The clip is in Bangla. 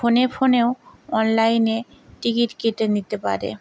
ফোনে ফোনেও অনলাইনে টিকিট কেটে নিতে পারে